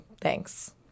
Thanks